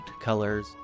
colors